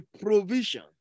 provision